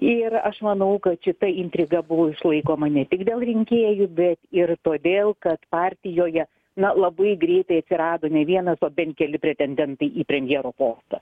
ir aš manau kad šita intriga buvo išlaikoma ne tik dėl rinkėjų bet ir todėl kad partijoje na labai greitai atsirado ne vienas o bent keli pretendentai į premjero postą